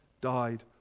died